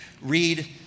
read